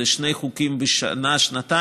זה שני חוקים בשנה-שנתיים,